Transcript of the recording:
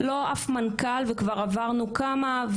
אף מנכ"ל וכבר עברנו כמה,